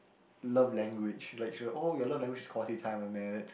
love language she like oh your love language is quality time something like that